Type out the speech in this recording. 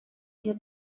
ihr